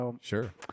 Sure